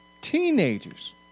teenagers